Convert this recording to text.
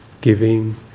giving